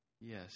Yes